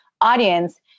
audience